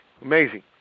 Amazing